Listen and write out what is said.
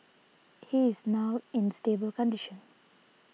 he is now in stable condition